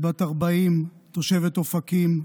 בת 40, תושבת אופקים,